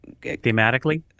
thematically